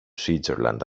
switzerland